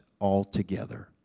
altogether